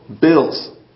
bills